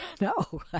No